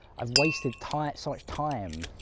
i've wasted time so much time.